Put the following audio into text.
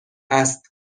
است